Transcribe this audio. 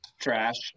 trash